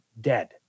dead